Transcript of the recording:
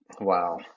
Wow